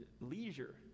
Leisure